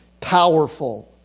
powerful